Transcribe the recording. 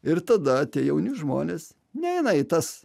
ir tada tie jauni žmonės neina į tas